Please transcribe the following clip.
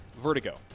Vertigo